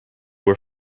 were